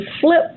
flip